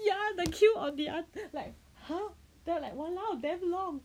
ya the queue on the other like !huh! but like !walao! damn long